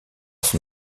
son